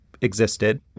existed